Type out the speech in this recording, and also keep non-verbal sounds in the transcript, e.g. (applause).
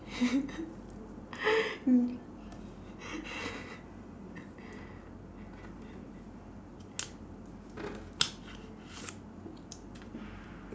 (laughs)